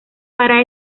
para